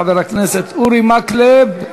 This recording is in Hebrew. חבר הכנסת אורי מקלב.